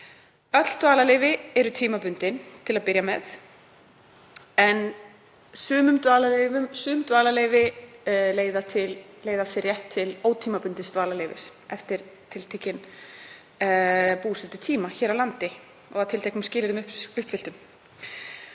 Öll dvalarleyfi eru tímabundin til að byrja með en sum dvalarleyfi leiða af sér rétt til ótímabundins dvalarleyfis eftir tiltekinn búsetutíma hér á landi og að tilteknum skilyrðum uppfylltum.